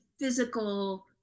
physical